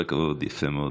כל הכבוד, יפה מאוד.